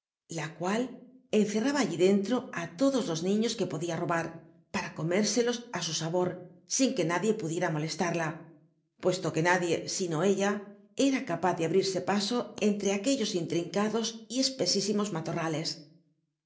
la cual encerraba allí dentro á lodos los niños que podia robar para eomérselos á su sabor sin que nadie pudiera molestarla puesto que nadie sino ella era capaz de ahrir c paso entre aquellos intrincados l cspc ísi mos matorrales